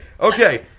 Okay